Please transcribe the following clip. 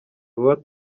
vuba